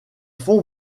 fond